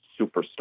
superstar